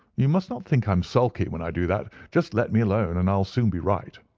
you must not think i am sulky when i do that. just let me alone, and i'll soon be right.